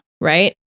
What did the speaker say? right